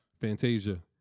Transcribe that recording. Fantasia